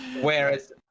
Whereas